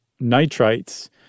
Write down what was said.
nitrites